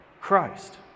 Christ